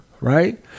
right